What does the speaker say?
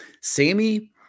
Sammy